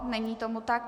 Není tomu tak.